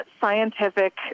scientific